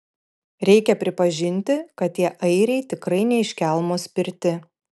reikia pripažinti kad tie airiai tikrai ne iš kelmo spirti